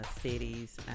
cities